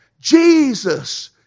Jesus